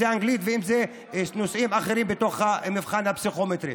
באנגלית או בנושאים אחרים של המבחן הפסיכומטרי.